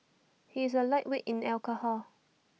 he is A lightweight in alcohol